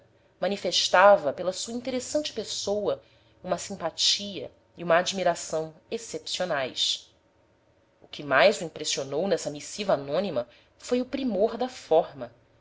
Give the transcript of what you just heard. manifestava pela sua interessante pessoa uma simpatia e uma admiração excepcionais o que mais o impressionou nessa missiva anônima foi o primor da forma